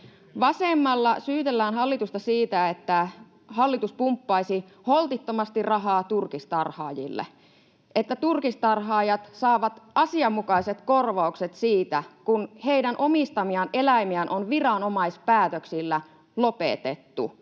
Vasemmalla syytellään hallitusta siitä, että hallitus pumppaisi holtittomasti rahaa turkistarhaajille, kun turkistarhaajat saavat asianmukaiset korvaukset siitä, kun heidän omistamiaan eläimiään on viranomaispäätöksillä lopetettu.